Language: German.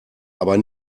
aber